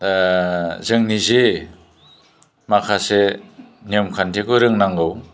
जोंनि जे माखासे नियम खान्थिखौ रोंनांगौ